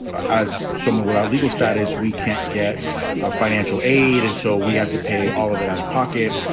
as someone without legal status, we can't get financial aid. and so we had to pay all of it out of pocket.